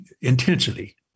intensity